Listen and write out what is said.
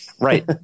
right